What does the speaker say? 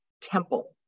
temple